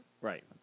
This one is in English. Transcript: Right